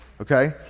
Okay